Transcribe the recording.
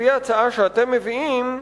לפי ההצעה שאתם מביאים,